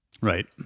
Right